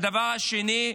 הדבר השני,